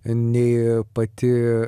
nei pati